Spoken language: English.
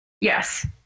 Yes